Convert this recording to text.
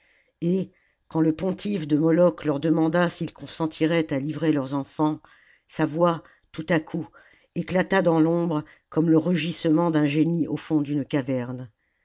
et quand le pontife de moloch leur demanda s'ils consentiraient à livrer leurs enfants sa voix tout à coup éclata dans l'ombre comme le rugissement d'un génie au fond d'une caverne